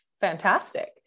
fantastic